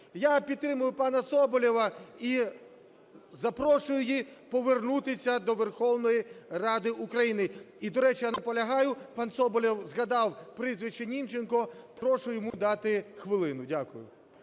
Я підтримую пана Соболєва і запрошую її повернутись до Верховної Ради України. І, до речі, я наполягаю, пан Соболєв згадав прізвище Німченка, прошу йому дати хвилину. Дякую.